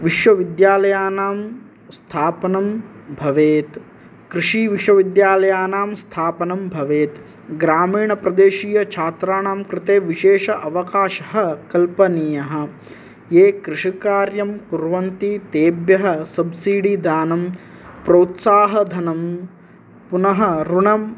विश्वविद्यालयानां स्थापनं भवेत् कृषिविश्वविद्यालयानां स्थापनं भवेत् ग्रामीणप्रदेशीयछात्राणां कृते विशेष अवकाशः कल्पनीयः ये कृषिकार्यं कुर्वन्ति तेभ्यः सब्सीडि दानं प्रोत्साहधनं पुनः ऋणम्